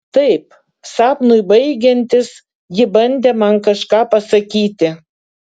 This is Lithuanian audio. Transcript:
taip sapnui baigiantis ji bandė man kažką pasakyti